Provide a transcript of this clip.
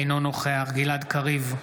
אינו נוכח גלעד קריב,